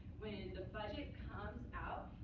when the budget comes out,